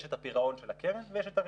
יש את הפירעון של הקרן ויש את הריבית.